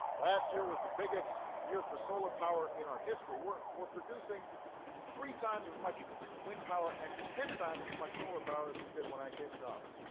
last year was the biggest year for solar power in our history. we're we're producing three times as much wind power and ten times as much solar power as we did when i came into office.